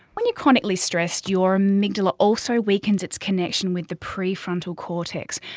when you're chronically stressed, your amygdala also weakens its connection with the prefrontal cortex,